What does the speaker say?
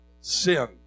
sin